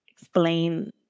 explain